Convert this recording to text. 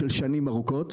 של שנים ארוכות,